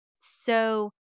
So-